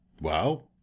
Wow